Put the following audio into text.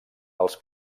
als